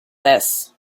this